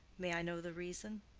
may i know the reason?